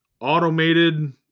automated